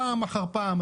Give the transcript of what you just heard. פעם אחר פעם,